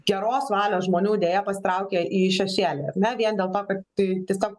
geros valios žmonių deja pasitraukia į šešėlį ar ne vien dėl to kad tai tiesiog